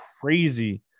crazy